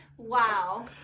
Wow